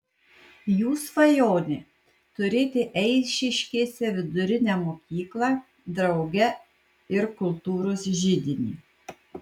jų svajonė turėti eišiškėse vidurinę mokyklą drauge ir kultūros židinį